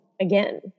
again